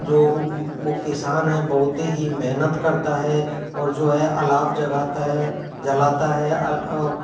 जो वो किसान है बहुत ही मेहनत करता है और जो है आलाव जगाता है जलाता है